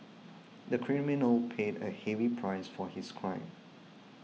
the criminal paid a heavy price for his crime